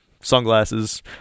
sunglasses